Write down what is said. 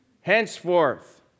Henceforth